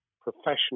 professional